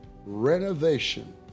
renovation